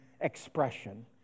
expression